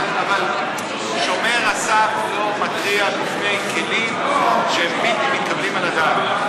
אבל שומר הסף לא מתריע מפני כלים שהם בלתי מתקבלים על הדעת.